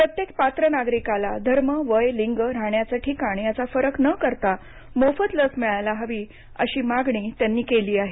प्रत्येक पात्र नागरिकाला धर्म वय लिंग राहण्याचे ठिकाण याचा फरक न करता मोफत लस मिळायला हवी अशी मागणी त्यांनी केली आहे